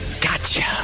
Gotcha